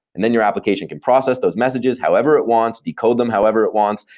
and then your application can process those messages however it wants, decode them however it wants,